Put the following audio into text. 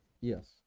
Yes